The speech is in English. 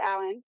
Alan